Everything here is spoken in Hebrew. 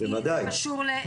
אם זה קשור.